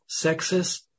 sexist